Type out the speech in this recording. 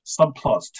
subplots